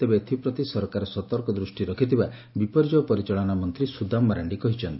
ତେବେ ଏଥିପ୍ରତି ସରକାର ସତର୍କ ଦୃଷ୍ଟି ରଖିଥିବା ବିପର୍ଯ୍ୟୟ ପରିଚାଳନା ମନ୍ତୀ ସୁଦାମା ମାରାଶ୍ଡି କହିଛନ୍ତି